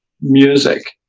music